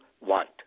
want